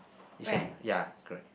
the same ya correct